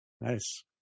Nice